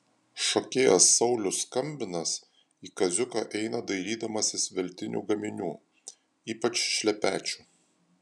šokėjas saulius skambinas į kaziuką eina dairydamasis veltinių gaminių ypač šlepečių